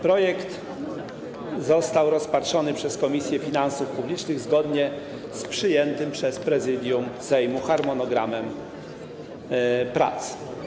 Projekt został rozpatrzony przez Komisję Finansów Publicznych zgodnie z przyjętym przez Prezydium Sejmu harmonogramem prac.